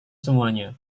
semuanya